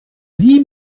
sie